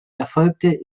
erfolgte